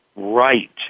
Right